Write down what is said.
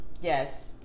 yes